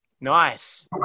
nice